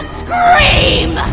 scream